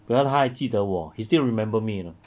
不要她还记得我 she still remember me you know